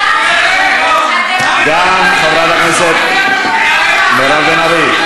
גם חברת הכנסת מירב בן ארי.